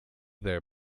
their